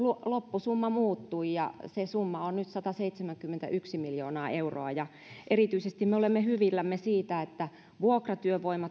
loppusumma muuttui ja se summa on nyt sataseitsemänkymmentäyksi miljoonaa euroa ja erityisesti me olemme hyvillämme siitä että vuokratyövoima